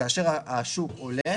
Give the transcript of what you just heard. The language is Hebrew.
וכאשר השוק עולה